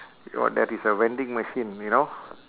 what that is a vending machine you know